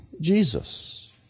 Jesus